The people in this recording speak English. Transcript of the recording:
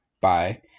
bye